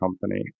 company